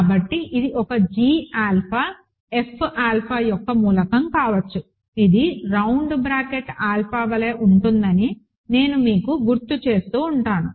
కాబట్టి ఇది ఒక g ఆల్ఫా F ఆల్ఫా యొక్క మూలకం కావచ్చు ఇది రౌండ్ బ్రాకెట్ ఆల్ఫా వలె ఉంటుందని నేను మీకు గుర్తు చేస్తూ ఉంటాను